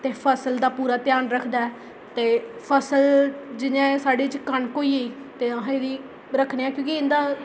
ते फसल दा पूरा ध्यान रखदा ऐ ते फसल जि'यां साढ़े च कनक होई ते असें बी रक्खने आं क्योंकि इं'दा